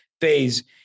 phase